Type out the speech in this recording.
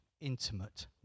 intimate